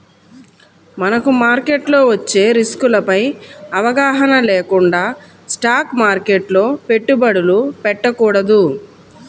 మనకు మార్కెట్లో వచ్చే రిస్కులపై అవగాహన లేకుండా స్టాక్ మార్కెట్లో పెట్టుబడులు పెట్టకూడదు